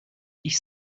ich